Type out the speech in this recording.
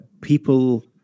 people